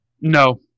No